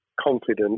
confident